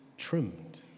trimmed